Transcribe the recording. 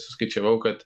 suskaičiavau kad